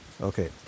Okay